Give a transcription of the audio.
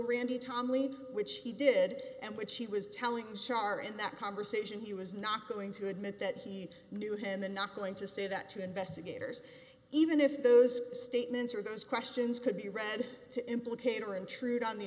randy tomlin which he did and which she was telling shar in that conversation and he was not going to admit that he knew him and not going to say that to investigators even if those statements or those questions could be read to implicate or intrude on the